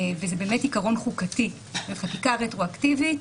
וזה באמת עיקרון חוקתי בחקיקה רטרואקטיבית,